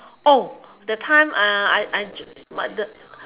that time I I I what the